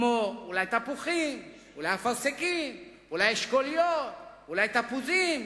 כמו אולי תפוחים, אפרסקים, אשכוליות ואולי תפוזים,